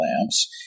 lamps